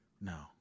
No